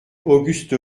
auguste